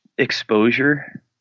Exposure